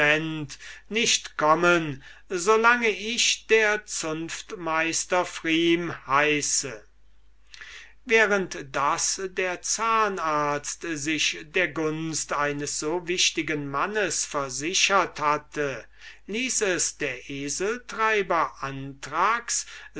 nicht kommen so lang ich der zunftmeister pfrieme heiße während daß der zahnarzt sich der gunst eines so wichtigen mannes versichert hatte ließ es der eseltreiber